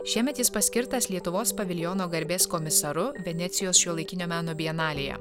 šiemet jis paskirtas lietuvos paviljono garbės komisaru venecijos šiuolaikinio meno bienalėje